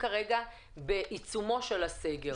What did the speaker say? כבר במחיקה של ההגדרה הזו,